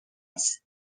است